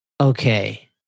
okay